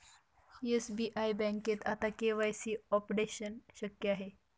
SBI बँकेत आता KYC updation शक्य आहे